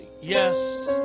yes